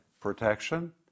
protection